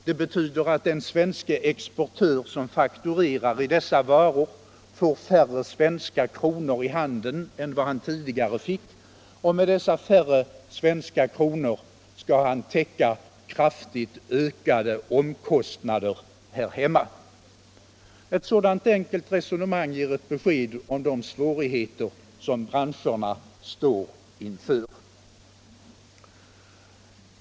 Det betyder att den svenske exportör som fakturerar i dessa valutor får färre svenska kronor i handen än vad han tidigare fick, och med dessa färre svenska kronor skall han täcka kraftigt ökade omkostnader här hemma. Ett sådant enkelt resonemang ger ett besked om de svårigheter som branscherna står inför.